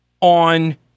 on